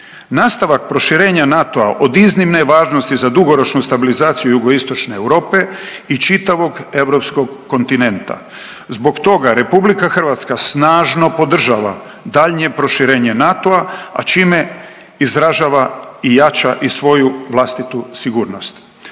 Nastavak proširenja NATO-a od iznimne je važnosti za dugoročnu stabilizaciju Jugoistočne Europe i čitavog europskog kontinenta. Zbog toga RH snažno podržava daljnje proširenje NATO-a, a čime izražava i jača i svoju vlastitu sigurnost.